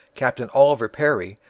captain oliver perry,